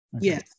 Yes